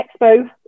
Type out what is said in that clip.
expo